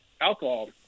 alcohol